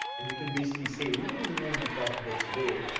and we can basically say we don't even wanna be profitable today,